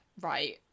right